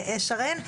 שרן,